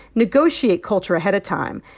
negotiate culture ahead of time.